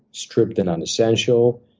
stripped and unessential,